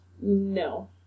No